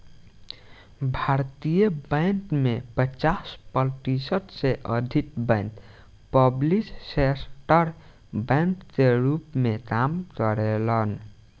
भारतीय बैंक में पचास प्रतिशत से अधिक बैंक पब्लिक सेक्टर बैंक के रूप में काम करेलेन